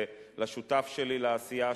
לשותף שלי לעשייה שם,